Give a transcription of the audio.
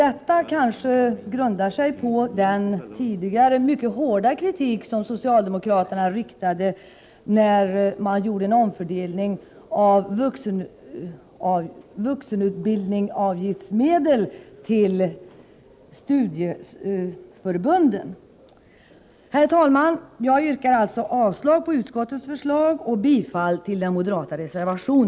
Detta kanske grundar sig på den mycket hårda kritik som g g y' Tisdagen den socialdemokraterna tidigare framförde, när man gjorde en omfördelning av Herr talman! Jag yrkar avslag på utskottets förslag och bifall till den